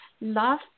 love